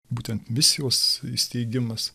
būtent misijos įsteigimas